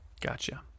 Gotcha